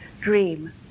dream